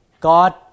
God